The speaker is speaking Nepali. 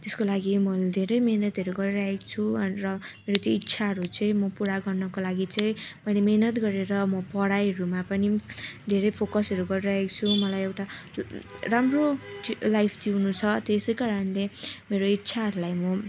त्यसको लागि मैले धेरै मेहनतहरू गरिरहेको छु र मेरो त्यो इच्छाहरू चाहिँ म पुरा गर्नको लागि चाहिँ मैले मेहनत गरेर म पढाइहरूमा पनि धेरै फोकसहरू गरिरहेको छु मलाई एउटा राम्रो लाइफ जिउनु छ त्यसै कारणले मेरो इच्छाहरूलाई म